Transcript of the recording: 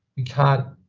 we can't,